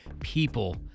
people